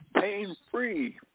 pain-free